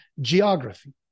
Geography